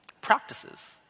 practices